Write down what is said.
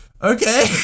Okay